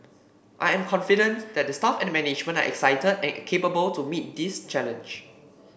I am confident that the staff and management are excited and capable to meet this challenge